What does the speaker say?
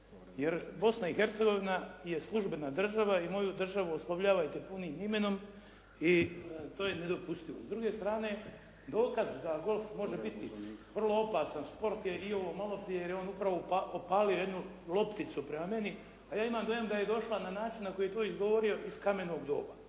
jer Bosna i Hercegovina je službena država i moju državu oslovljavajte punim imenom i to je nedopustivo. S druge strane dokaz da golf može biti vrlo opasan sport je i ovo malo prije, jer je on upravo opalio jednu lopticu prema meni, a ja imam dojam da je došla na način na koji je to izgovorio iz kamenog doba.